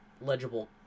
legible